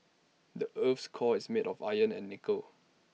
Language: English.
the Earth's core is made of iron and nickel